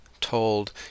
told